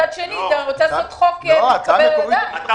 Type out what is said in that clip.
מצד שני, אתה רוצה לעשות חוק מתקבל על הדעת.